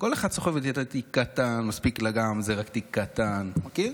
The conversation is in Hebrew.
"כל אחת סוחבת איתה תיק קטן / מספיק לה גם אם זה רק תיק קטן" מכיר?